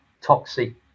toxic